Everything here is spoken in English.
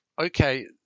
okay